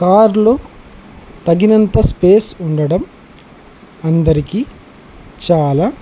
కారులో తగినంత స్పేస్ ఉండడం అందరికీ చాలా